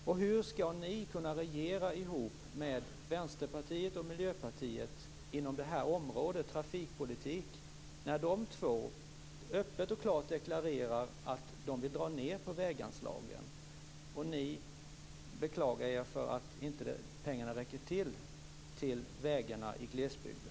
Och hur ska ni kunna regera ihop med Vänsterpartiet och Miljöpartiet på trafikpolitikens område, när de två öppet och klart deklarerar att de vill dra ned på väganslagen och ni beklagar er över att pengarna inte räcker till för vägarna i glesbygden?